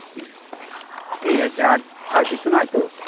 ঠিক আছে আর আর কিছু নয় তো